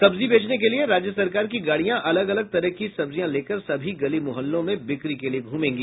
सब्जी बेचने के लिए राज्य सरकार की गाड़ियां अलग अलग तरह की सब्जियां लेकर सभी गली मुहल्लों में बिक्री के लिए घुमेंगी